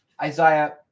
Isaiah